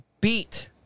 beat